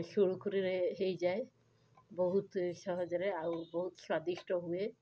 ସୁରୁଖୁରୁରେ ହେଇଯାଏ ବହୁତ ସହଜରେ ଆଉ ବହୁତ ସ୍ଵାଦିଷ୍ଟ ହୁଏ